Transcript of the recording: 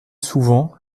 souvent